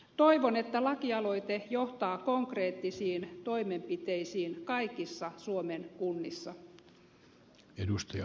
toivon että lakialoite johtaa konkreettisiin toimenpiteisiin kaikissa suomen kunnissa